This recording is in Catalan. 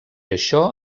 això